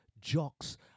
jocks